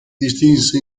distinse